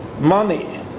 money